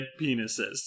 penises